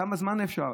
כמה זמן אפשר?